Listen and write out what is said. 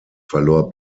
verlor